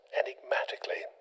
enigmatically